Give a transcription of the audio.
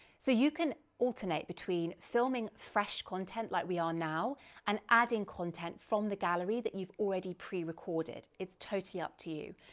so you can alternate between filming fresh content like we are now and adding content from the gallery that you've already pre-recorded. it's totally up to you.